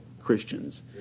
Christians